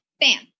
Bam